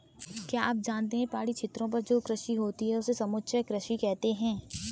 क्या आप जानते है पहाड़ी क्षेत्रों पर जो कृषि होती है उसे समोच्च कृषि कहते है?